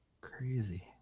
Crazy